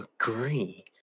agree